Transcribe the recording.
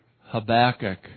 Habakkuk